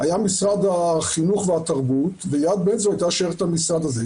היה משרד החינוך והתרבות ויד בן-צבי היתה שייכת למשרד הזה.